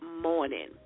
morning